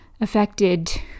affected